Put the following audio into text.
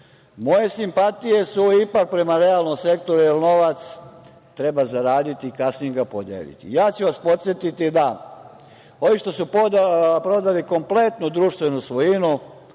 nije? Moje simpatije su ipak prema realnom sektoru, jer novac treba zaraditi i kasnije ga podeliti. Ja ću vas podsetiti da ovi što su prodali kompletnu društvenu svojinu